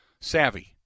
savvy